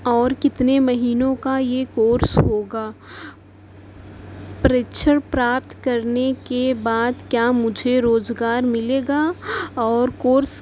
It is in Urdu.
اور کتنے مہینوں کا یہ کورس ہوگا پریچڑ پراپت کرنے کے بعد کیا مجھے روزگار ملے گا اور کورس